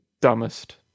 dumbest